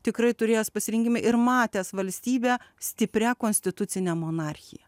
tikrai turėjęs pasirinkimą ir matęs valstybę stiprią konstitucinę monarchiją